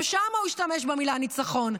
גם שם הוא השתמש במילה "ניצחון",